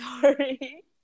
sorry